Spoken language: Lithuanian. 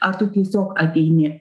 ar tu tiesiog ateini